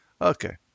Okay